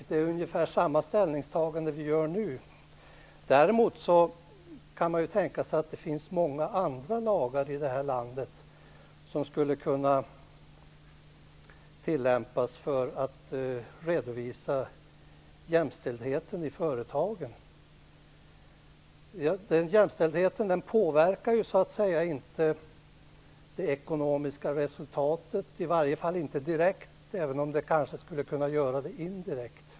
Det är ungefär samma ställningstagande vi gör nu. Däremot kan man tänka sig att det finns många andra lagar i det här landet som skulle kunna tillämpas för att redovisa jämställdheten i företagen. Jämställdheten påverkar ju inte det ekonomiska resultatet, i alla fall inte direkt även om den kanske skulle kunna göra det indirekt.